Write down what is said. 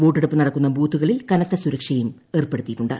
വോട്ടെടുപ്പ് നടക്കുന്ന ബൂത്തുകളിൽ കനത്ത സുരക്ഷയും ഏർപ്പെടുത്തിയിട്ടുണ്ട്